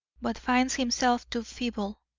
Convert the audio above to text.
but finds himself too feeble.